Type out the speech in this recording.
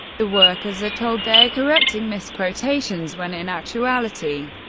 the workers are told they are correcting misquotations, when in actuality,